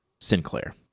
Sinclair